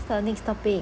the next topic